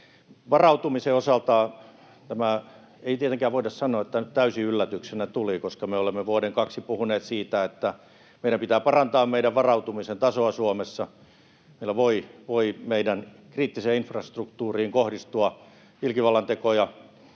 Varautumisen osalta ei tietenkään voida sanoa, että tämä täysin yllätyksenä tuli, koska me olemme vuoden kaksi puhuneet siitä, että meidän pitää parantaa meidän varautumisen tasoa Suomessa. Meillä voi meidän kriittiseen infrastruktuuriin kohdistua ilkivallantekoja,